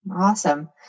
Awesome